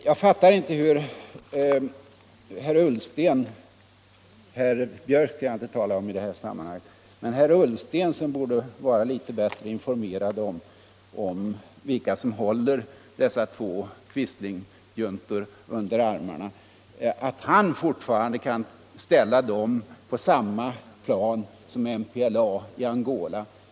Jag fattar inte hur herr Ullsten — herr Björck i Nässjö skall jag inte tala om i det här sammanhanget —, som borde vara litet bättre informerad om vilka som håller dessa två quislingjuntor under armarna, fortfarande kan ställa dem på samma plan som MPLA i Angola.